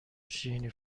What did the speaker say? شیرینی